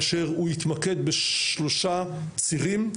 כאשר הוא יתמקד בשלושה צירים,